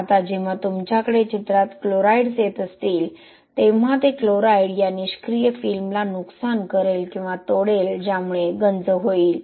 आता जेव्हा तुमच्याकडे चित्रात क्लोराईड्स येत असतील तेव्हा ते क्लोराईड या निष्क्रिय फिल्मला नुकसान करेल किंवा तोडेल ज्यामुळे गंज होईल